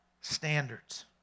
standards